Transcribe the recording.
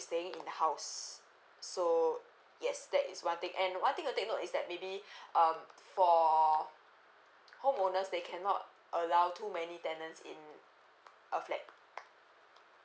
staying in the house so yes that is one thing and one thing to take note is that maybe um for home owners they cannot allow too many tenants in a flat